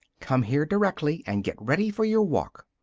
come here directly and get ready for your walk!